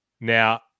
Now